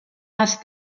asked